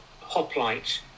hoplite